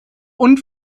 und